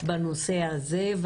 בנושא הזה,